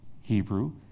Hebrew